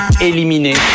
éliminé